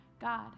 God